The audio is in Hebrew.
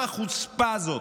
מה החוצפה הזאת,